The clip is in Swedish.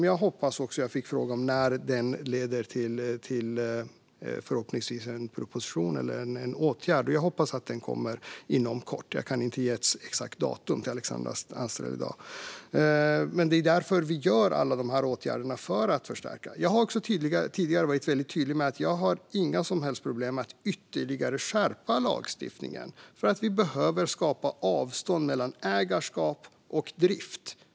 Jag fick frågan om när den förhoppningsvis ska leda till en proposition eller åtgärd. Jag hoppas att detta kommer inom kort, men jag kan inte ge något exakt datum till Alexandra Anstrell i dag. Vi gör alla dessa åtgärder för att förstärka. Jag har tidigare varit tydlig med att jag inte har några som helst problem med att skärpa lagstiftningen ytterligare, för vi behöver skapa ett avstånd mellan ägarskap och drift.